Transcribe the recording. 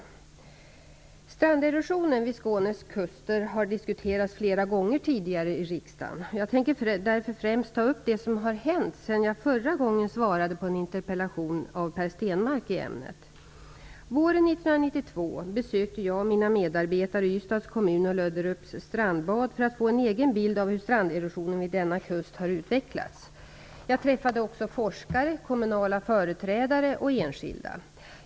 Stranderosionen vid Skånes kuster har diskuterats flera gånger tidigare i riksdagen. Jag tänker därför främst ta upp det som har hänt sedan jag förra gången svarade på en interpellation av Per Våren 1992 besökte jag och mina medarbetare Ystads kommun och Löderups strandbad för att få en egen bild av hur stranderosionen vid denna kust har utvecklats. Jag träffade också forskare, kommunala företrädare och enskilda.